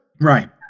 Right